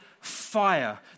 fire